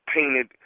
painted